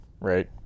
right